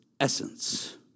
essence